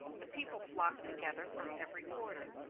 the people flocked together from every quarter.